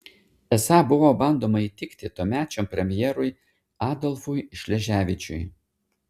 esą buvo bandoma įtikti tuomečiam premjerui adolfui šleževičiui